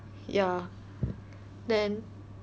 ya then